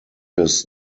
his